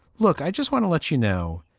look, i just want to let you know,